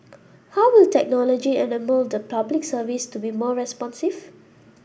how will technology enable the Public Service to be more responsive